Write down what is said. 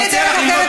תשב אתה בשקט.